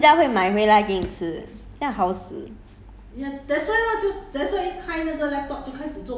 some more 还不用不用出去吃 leh 人家会买回来给你吃这样好死